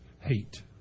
hate